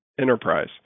enterprise